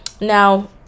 Now